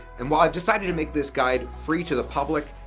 and while i've decided to make this guide free to the public,